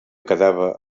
quedava